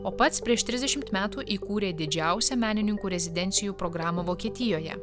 o pats prieš trisdešimt metų įkūrė didžiausią menininkų rezidencijų programą vokietijoje